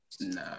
Nah